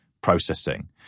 processing